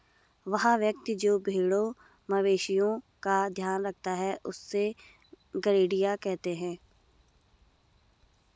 वह व्यक्ति जो भेड़ों मवेशिओं का ध्यान रखता है उससे गरेड़िया कहते हैं